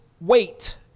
wait